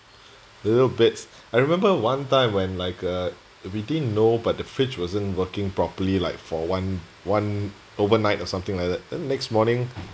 the little bits I remember one time when like uh we didn't know but the fridge wasn't working properly like for one one overnight or something like that then next morning